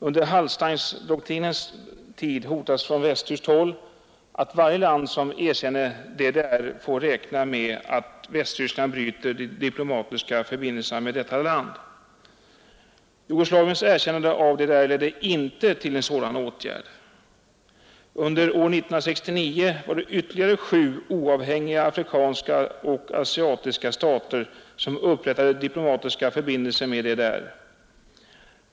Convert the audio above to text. Under Hallsteindoktrinens tid hotades från västtyskt håll, att varje land som erkänner DDR får räkna med att Västtyskland bryter de diplomatiska förbindelserna med detta land. Jugoslaviens erkännande av DDR ledde inte till en sådan åtgärd. Under år 1969 var det ytterligare sju oavhängiga afrikanska och asiatiska stater som upprättade diplomatiska förbindelser med DDR.